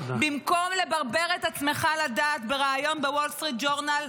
במקום לברבר את עצמך לדעת בריאיון בוול סטריט ג'ורנל,